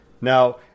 Now